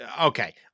Okay